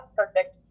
perfect